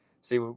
see